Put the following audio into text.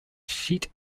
sheet